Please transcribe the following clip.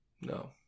No